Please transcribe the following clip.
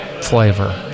flavor